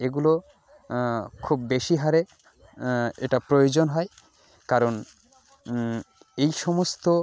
এগুলো খুব বেশি হারে এটা প্রয়োজন হয় কারণ এই সমস্ত